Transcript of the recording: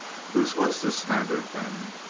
whose was this standard, then?